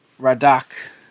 Radak